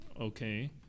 Okay